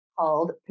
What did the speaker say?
Called